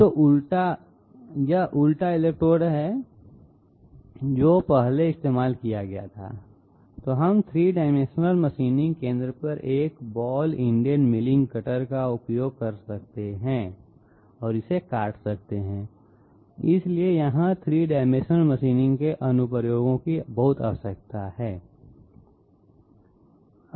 तो अगर यह उल्टा इलेक्ट्रोड है जो पहले इस्तेमाल किया गया था तो हम 3 डाइमेंशनल मशीनिंग केंद्र पर एक बॉल इनडेड मिलिंग कटर का उपयोग कर सकते हैं और इसे काट सकते हैं इसलिए यहां 3 डाइमेंशनल मशीनिंग के अनुप्रयोग की बहुत आवश्यकता है